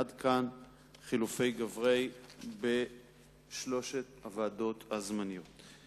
עד כאן חילופי גברי בשלוש הוועדות הזמניות.